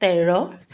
তেৰ